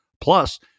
plus